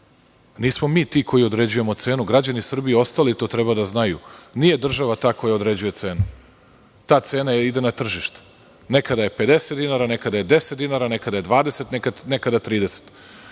Nismo mi ti koji određujemo cenu, građani Srbije i ostali to treba da znaju, nije država ta koja određuje cenu, ta cena ide na tržište, nekada je 50 dinara, nekada je 10 dinara, nekada je 20, nekada 30.Oni